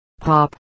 Pop